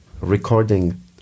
recording